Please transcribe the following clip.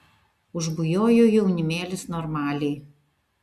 užbujojo jaunimėlis normaliai